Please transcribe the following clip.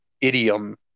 idiom